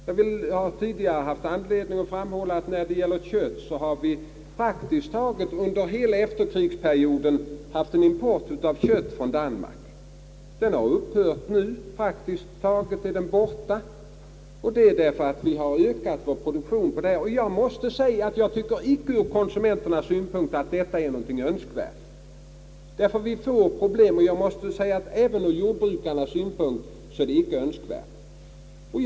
Jag har tidigare haft anledning att framhålla att vi praktiskt taget under hela efterkrigsperioden haft en import av kött från Danmark. Denna import har numera upphört, beroende på att vi har ökat vår produktion. Jag tycker inte att detta är önskvärt ur konsumenternas synpunkt, och inte heller ur jordbrukarnas synpunkt, ty vi kommer att få överskottsproblem på ytterligare ett område.